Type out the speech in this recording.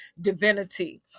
divinity